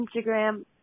Instagram